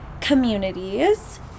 communities